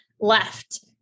left